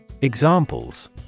Examples